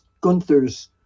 Gunther's